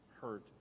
hurt